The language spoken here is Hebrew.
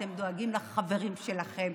אתם דואגים לחברים שלכם,